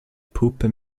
puppe